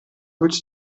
goed